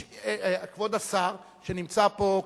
כבוד השר שנמצא פה,